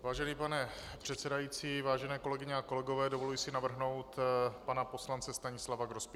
Vážený pane předsedající, vážené kolegyně a kolegové, dovoluji si navrhnout pana poslance Stanislava Grospiče.